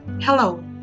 Hello